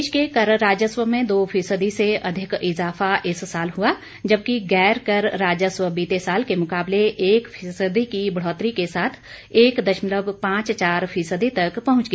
प्रदेश के कर राजस्व में दो फीसदी से अधिक इजाफा इस साल हुआ जबकि गैर कर राजस्व बीते साल के मुकाबले एक फीसदी की बढ़ोतरी के साथ एक दशमलव पांच चार फीसदी तक पहुंच गया